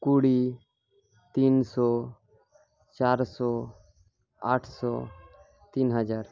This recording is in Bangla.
কুড়ি তিনশো চারশো আটশো তিন হাজার